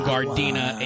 Gardena